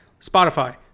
Spotify